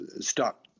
stop